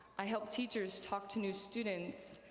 i helped teachers talk to new students,